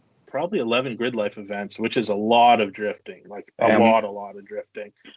probably eleven grid life events, which is a lot of drifting. like, a lot, a lot of drifting.